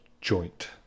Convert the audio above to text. joint